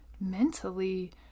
mentally